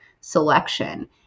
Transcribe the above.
selection